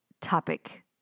topic